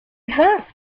vince